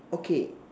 okay